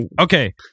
Okay